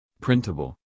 Printable